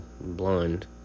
blind